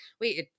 Wait